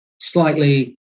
slightly